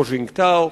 הו ג'ינטאו.